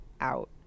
out